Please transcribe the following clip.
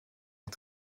est